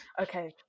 okay